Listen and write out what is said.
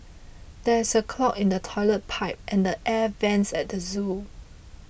there is a clog in the Toilet Pipe and the Air Vents at the zoo